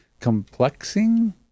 Complexing